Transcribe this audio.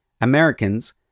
Americans